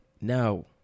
Now